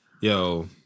Yo